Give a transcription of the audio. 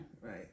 Right